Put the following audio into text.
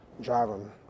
driving